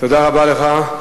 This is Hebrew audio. תודה רבה לך.